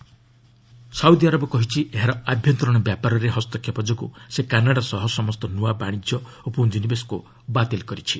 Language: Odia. ସାଉଦି କାନାଡା ସାଉଦିଆରବ କହିଛି ଏହାର ଆଭ୍ୟନ୍ତରୀଣ ବ୍ୟାପାରରେ ହସ୍ତକ୍ଷେପ ଯୋଗୁଁ ସେ କାନାଡା ସହ ସମସ୍ତ ନ୍ତଆ ବାଣିଜ୍ୟ ଓ ପୁଞ୍ଜିନିବେଶକୁ ବାତିଲ କରିଛି